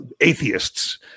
atheists